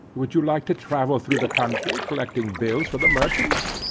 would you like to travel through the country collecting bills for the merchants?